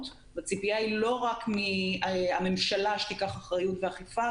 והציפייה היא לא רק מהממשלה שתיקח אחריות ותאכוף את החוק,